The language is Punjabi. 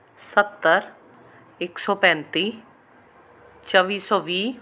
ਸੱਤਰ ਇੱਕ ਸੌ ਪੈਂਤੀ ਚੌਵੀ ਸੌ ਵੀਹ